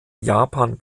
japan